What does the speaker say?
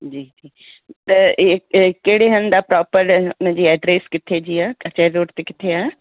जी जी त ई ई केड़े हंधु आहे प्रोपर हुनजी एड्रेस किथे जी आहे अजय रोड ते किथे आहे